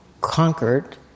conquered